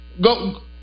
Go